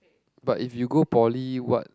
but if you go poly what